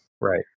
Right